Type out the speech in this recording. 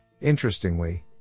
Interestingly